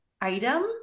item